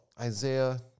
Isaiah